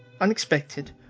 unexpected